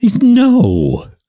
No